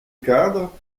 cadre